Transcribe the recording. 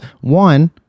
one